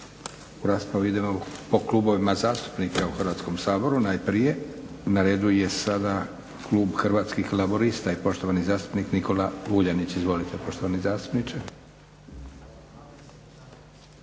U raspravu idemo po klubovima zastupnika u Hrvatskom saboru najprije. Na redu je sada klub Hrvatskih laburista i poštovani zastupnik Nikola Vuljanić. Izvolite poštovani zastupniče.